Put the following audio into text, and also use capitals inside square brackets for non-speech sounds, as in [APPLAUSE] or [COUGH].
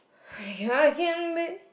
[BREATH] I can be